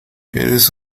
eres